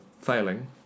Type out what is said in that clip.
failing